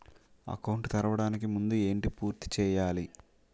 Account తెరవడానికి ముందు ఏంటి పూర్తి చేయాలి?